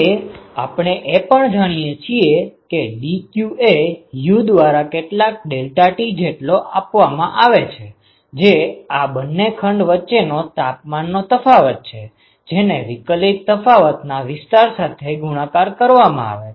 હવે આપણે એ પણ જાણીએ છીએ કે ડીક્યુ એ યુ દ્વારા કેટલાક ડેલ્ટા ટી જેટલો આપવામાં આવે છે જે આ બંને ખંડ વચ્ચેનો તાપમાનનો તફાવત છે જેને વિકલિત તફાવતના વિસ્તાર સાથે ગુણાકાર કરવામાં આવે છે